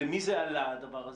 למי זה עלה הדבר הזה?